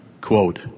Quote